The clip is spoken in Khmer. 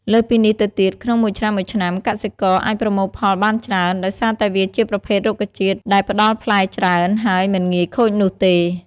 លើសពីនេះទៅទៀត ក្នុងមួយឆ្នាំៗកសិករអាចប្រមូលផលបានច្រើន ដោយសារតែវាជាប្រភេទរុក្ខជាតិដែលផ្ដល់ផ្លែច្រើន ហើយមិនងាយខូចនោះទេ។